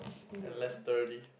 and less dirty